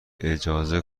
اجازه